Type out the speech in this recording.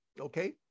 Okay